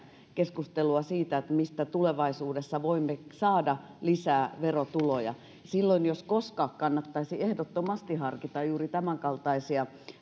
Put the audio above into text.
keskustelua siitä mistä tulevaisuudessa voimme saada lisää verotuloja silloin jos koskaan kannattaisi ehdottomasti harkita juuri tämän kaltaisia